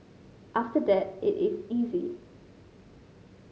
after that it is easy